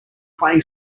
playing